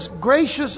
gracious